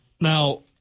Now